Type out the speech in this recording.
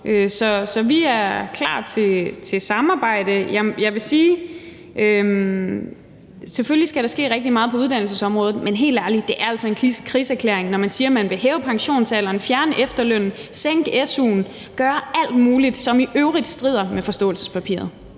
Så vi er klar til samarbejde. Jeg vil sige, at der selvfølgelig skal ske rigtig meget på uddannelsesområdet, men helt ærligt: Det er altså en krigserklæring, når man siger, man vil hæve pensionsalderen, fjerne efterlønnen, sænke su'en og gøre alt muligt, som i øvrigt strider mod forståelsespapiret.